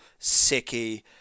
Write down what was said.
Sicky